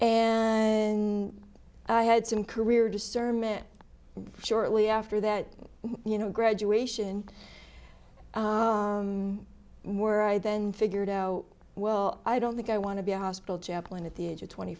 nine i had some career discernment shortly after that you know graduation more i then figured oh well i don't think i want to be a hospital chaplain at the age of twenty